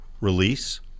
release